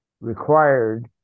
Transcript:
required